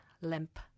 limp